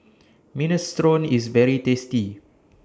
Minestrone IS very tasty